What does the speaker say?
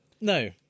No